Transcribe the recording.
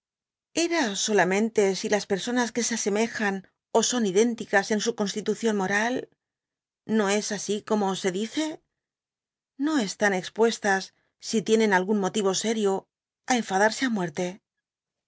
era solamente si las personas que se asemejan ó son idénticas en su constitucion moral no es así como se dice no están expuestas si tienen algun moti o sério á enfadarse i muerte